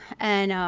and